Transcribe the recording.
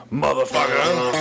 Motherfucker